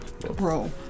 Bro